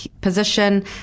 position